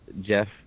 Jeff